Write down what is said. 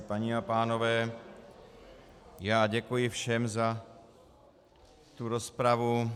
Paní a pánové, já děkuji všem za rozpravu.